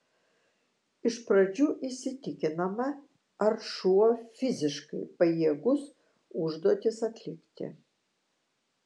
iš pradžių įsitikinama ar šuo fiziškai pajėgus užduotis atlikti